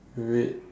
red